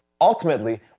ultimately